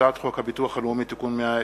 הצעת חוק הביטוח הלאומי (תיקון מס'